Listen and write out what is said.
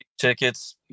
Tickets